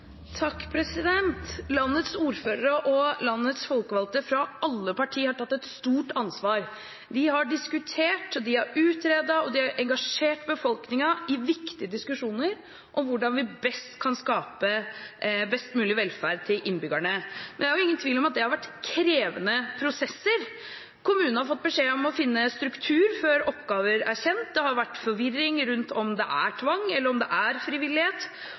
landets folkevalgte fra alle partier har tatt et stort ansvar. De har diskutert og de har utredet, og de har engasjert befolkningen i viktige diskusjoner om hvordan vi best kan skape best mulig velferd til innbyggerne. Det er jo ingen tvil om at det har vært krevende prosesser. Kommunene har fått beskjed om å finne struktur før oppgaver er kjent. Det har vært forvirring rundt om det er tvang eller om det er frivillighet,